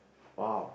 !wow!